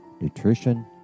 nutrition